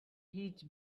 hitch